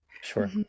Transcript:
Sure